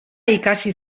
ikasi